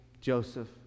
Joseph